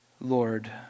Lord